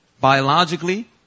biologically